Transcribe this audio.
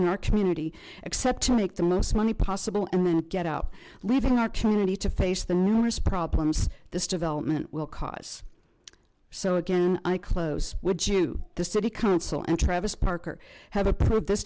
in our community except to make the most money possible and get out leaving our community to face the numerous problems this development will cause so again i close to the city council and travis parker have approved this